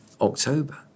October